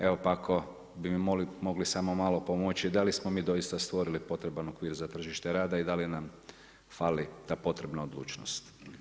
Evo, pa ako bi mi mogli samo malo pomoći da li smo mi doista stvoriti potreban okvir za tržište rada i da li nam fali ta potrebna odlučnost.